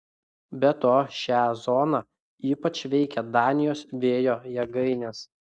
be to šią zoną ypač veikia danijos vėjo jėgainės